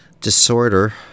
Disorder